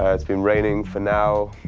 ah it's been raining for now,